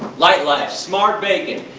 lightlife smart bacon,